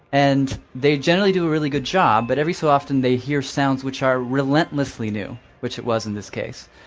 and they generally do a really good job, but every so often they hear sounds which are relentlessly new, which it was in this case.